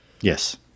Yes